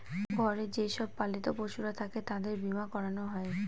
ঘরে যে সব পালিত পশুরা থাকে তাদের বীমা করানো হয়